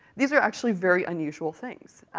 these are actually very unusual things.